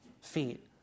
feet